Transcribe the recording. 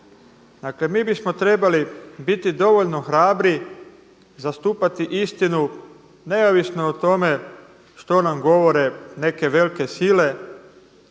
Dakle, mi bismo trebali biti dovoljno hrabri zastupati istinu neovisno o tome što nam govore neke velike sile